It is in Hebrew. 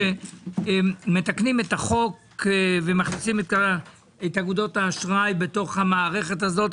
שמתקנים את החוק ומכניסים את אגודות האשראי למערכת הזאת,